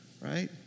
right